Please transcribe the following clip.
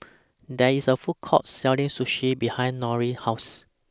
There IS A Food Court Selling Sushi behind Norine's House